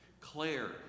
Claire